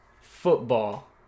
Football